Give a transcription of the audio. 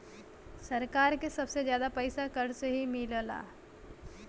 सरकार के सबसे जादा पइसा कर से ही मिलला